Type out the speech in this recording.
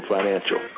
Financial